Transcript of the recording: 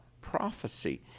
prophecy